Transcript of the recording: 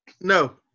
No